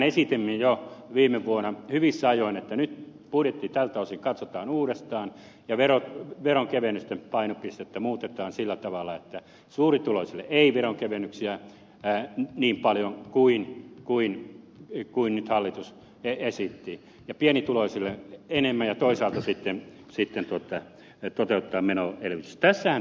mehän esitimme jo viime vuonna hyvissä ajoin että nyt budjetti tältä osin katsotaan uudestaan ja veronkevennysten painopistettä muutetaan sillä tavalla että suurituloisille ei tule veronkevennyksiä niin paljon kuin nyt hallitus esitti ja pienituloisille enemmän ja toisaalta sitten siitä totta että tätä menoa toteutetaan menoelvytystä